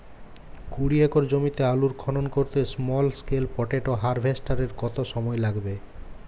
কুড়ি একর জমিতে আলুর খনন করতে স্মল স্কেল পটেটো হারভেস্টারের কত সময় লাগবে?